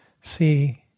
see